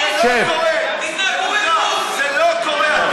זה לא קורה.